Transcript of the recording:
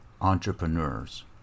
entrepreneurs